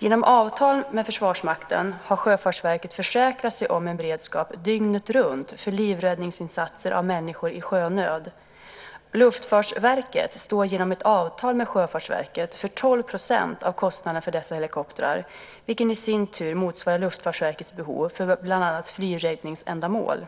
Genom avtal med Försvarsmakten har Sjöfartsverket försäkrat sig om en beredskap dygnet runt för livräddningsinsatser för människor i sjönöd. Luftfartsverket står genom ett avtal med Sjöfartsverket för 12 % av kostnaden för dessa helikoptrar, vilket i sin tur motsvarar Luftfartsverkets behov för bland annat flygräddningsändamål.